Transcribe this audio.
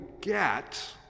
get